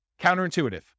Counterintuitive